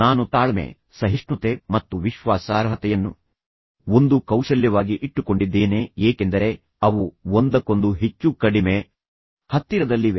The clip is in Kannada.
ನಾನು ತಾಳ್ಮೆ ಸಹಿಷ್ಣುತೆ ಮತ್ತು ವಿಶ್ವಾಸಾರ್ಹತೆಯನ್ನು ಒಂದು ಕೌಶಲ್ಯವಾಗಿ ಇಟ್ಟುಕೊಂಡಿದ್ದೇನೆ ಏಕೆಂದರೆ ಅವು ಒಂದಕ್ಕೊಂದು ಹೆಚ್ಚು ಕಡಿಮೆ ಹತ್ತಿರದಲ್ಲಿವೆ